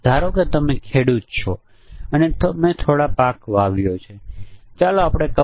જોવો કે બધી જોડી મેન્યુઅલી હાજર છે કે કેમ